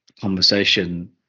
conversation